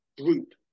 group